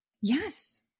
yes